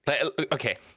okay